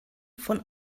von